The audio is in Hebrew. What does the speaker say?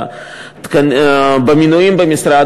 במינויים במשרד,